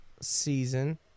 season